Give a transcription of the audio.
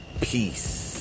Peace